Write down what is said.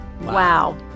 wow